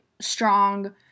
strong